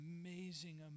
amazing